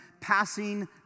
passing